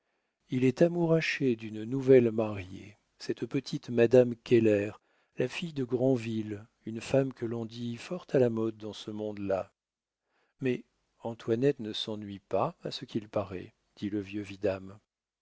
il est amouraché d'une nouvelle mariée cette petite madame keller la fille de grandville une femme que l'on dit fort à la mode dans ce monde-là mais antoinette ne s'ennuie pas à ce qu'il paraît dit le vieux vidame